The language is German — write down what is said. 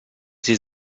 sie